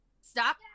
Stop